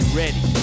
ready